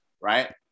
right